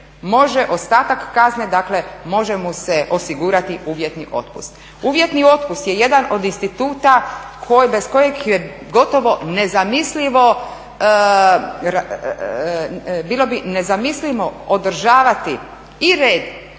može ostatak kazne dakle može mu se osigurati uvjetni otpust. Uvjetni otpust je jedan od instituta bez kojeg je gotovo nezamislivo, bilo bi nezamislivo održavati i red